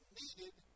needed